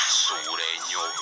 sureño